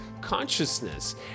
consciousness